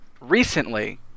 recently